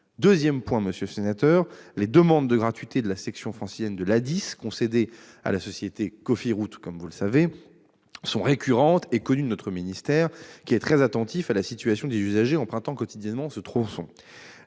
Second point : les demandes de gratuité de la section francilienne de l'A10, concédée à la société Cofiroute, sont récurrentes et connues de notre ministère, qui est très attentif à la situation des usagers empruntant quotidiennement ce tronçon.